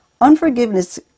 Unforgiveness